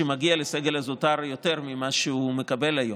שמגיע לסגל הזוטר יותר ממה שהוא מקבל היום.